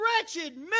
wretched